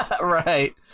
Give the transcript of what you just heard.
Right